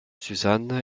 suzanne